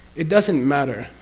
it doesn't matter.